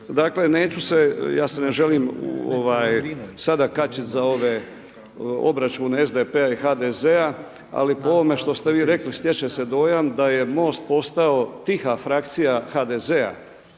dakle neću se ja se ne želim sada kačiti za ove obračune SDP-a i HDZ-a ali po ovome što ste vi rekli stječe se dojam da je MOST postao tiha frakcija HDZ-a